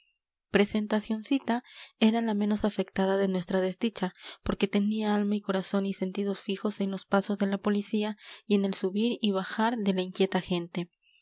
corredores presentacioncita era la menos afectada de nuestra desdicha porque tenía alma y corazón y sentidos fijos en los pasos de la policía y en el subir y bajar de la inquieta gente